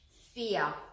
fear